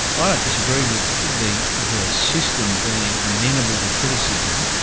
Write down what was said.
ah don't disagree with the the system being amenable to criticism.